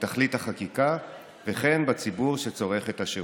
בתכלית החקיקה וכן בציבור שצורך את השירות.